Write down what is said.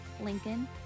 Lincoln